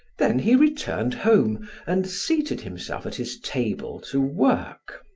then he returned home and seated himself at his table to work.